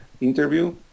interview